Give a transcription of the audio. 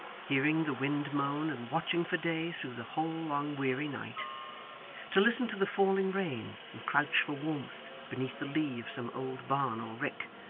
hearing the wind moan and watching for day through the whole long weary night to listen to the falling rain, and crouch for warmth beneath the lee of some old barn or rick,